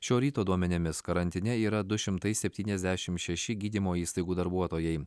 šio ryto duomenimis karantine yra du šimtai septyniasdešim šeši gydymo įstaigų darbuotojai